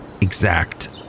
exact